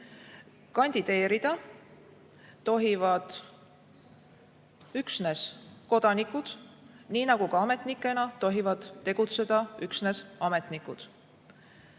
Kandideerida tohivad üksnes kodanikud, nii nagu ka ametnikena tohivad tegutseda üksnes [Eesti